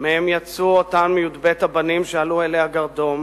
שמהן יצאו אותם י"ב הבנים שעלו אלי הגרדום